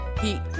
heat